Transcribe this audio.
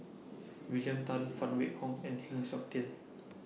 William Tan Phan Wait Hong and Heng Siok Tian